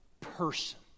person